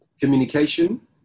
communication